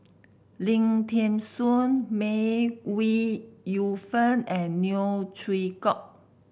Lim Thean Soo May Ooi Yu Fen and Neo Chwee Kok